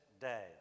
day